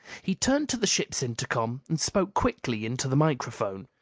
he turned to the ship's intercom and spoke quickly into the microphone.